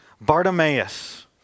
Bartimaeus